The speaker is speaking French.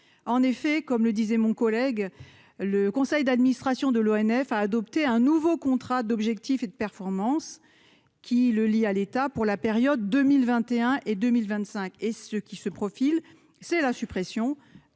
en effet, comme le disait mon collègue, le conseil d'administration de l'ONF a adopté un nouveau contrat d'objectifs et de performance qui le lie à l'État pour la période 2021 et 2025 et ce qui se profile, c'est la suppression